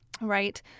right